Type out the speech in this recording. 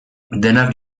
denak